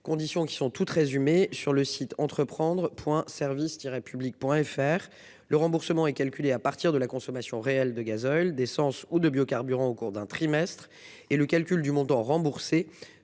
conditions qui sont toutes résumé sur le site entreprendre Point service Tiret public Point FR le remboursement est calculé à partir de la consommation réelle de gasoil d'essence ou de biocarburants. Au cours d'un trimestre et le calcul du monde ont remboursé